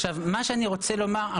אבל מה שאני רוצה לומר,